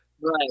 right